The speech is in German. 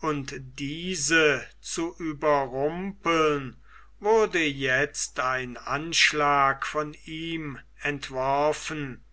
und diese zu überrumpeln wurde jetzt ein anschlag von ihm entworfen